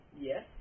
yes